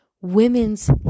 women's